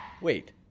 Wait